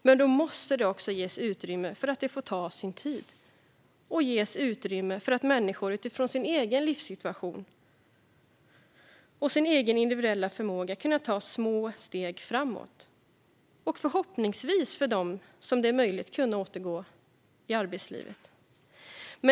Men då måste det också ges utrymme för att det får ta sin tid och för människor att utifrån sin egen livssituation och individuella förmåga ta små steg framåt och förhoppningsvis, för dem för vilka det är möjligt, kunna återgå i arbetslivet.